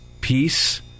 peace